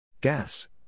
Gas